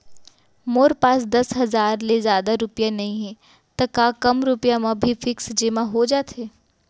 मोर पास दस हजार ले जादा रुपिया नइहे त का कम रुपिया म भी फिक्स जेमा हो जाथे?